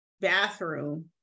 bathroom